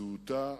זהותה